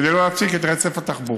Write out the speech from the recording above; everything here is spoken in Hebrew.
כדי לא להפסיק את רצף התחבורה.